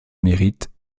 mérite